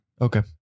Okay